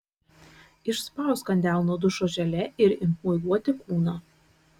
išspausk ant delno dušo želė ir imk muiluoti kūną